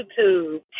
YouTube